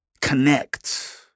Connect